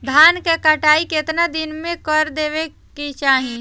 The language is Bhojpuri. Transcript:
धान क कटाई केतना दिन में कर देवें कि चाही?